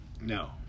No